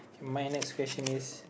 my next question is